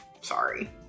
Sorry